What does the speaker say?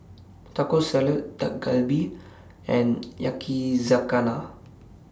Taco Salad Dak Galbi and Yakizakana